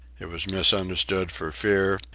it was misunderstood for fear,